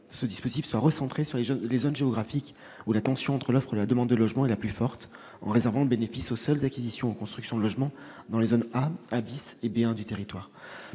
ce dispositif sur les zones géographiques où la tension entre l'offre et la demande de logement est la plus forte, en réservant le bénéfice du Pinel aux seules acquisitions ou constructions de logements dans les zones A, A et B 1 du territoire.